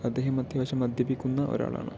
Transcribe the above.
അദ്ദേഹം അത്യാവശ്യം മദ്യപിക്കുന്ന ഒരാളാണ്